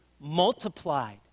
multiplied